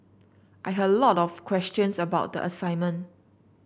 I had a lot of questions about the assignment